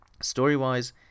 story-wise